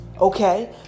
Okay